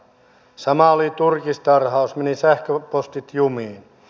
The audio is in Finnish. sama oli turkistarhaus meni sähköpostit jumiin